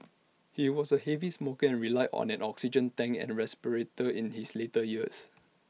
he was A heavy smoker and relied on an oxygen tank and respirator in his later years